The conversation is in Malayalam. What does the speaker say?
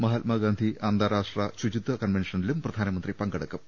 മഹാത്മാ ഗാന്ധി അന്താരാഷ്ട്ര ശുചിത്വ കൺവെൻഷനിലും പ്രധാനമന്ത്രി പങ്കെടുക്കും